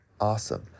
awesome